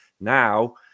Now